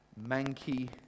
manky